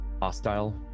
hostile